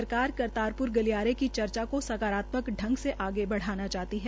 सरकार ने गलियारे की चर्चा को सकारात्मक ढंग से आगे बढ़ाना चाहती है